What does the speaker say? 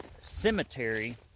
cemetery